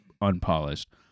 unpolished